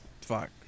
Fuck